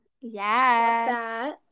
Yes